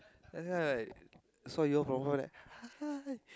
yeah yeah like saw your from her like